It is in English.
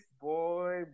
boy